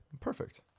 Perfect